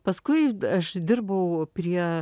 paskui aš dirbau prie